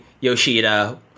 Yoshida